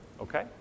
okay